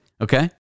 okay